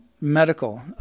Medical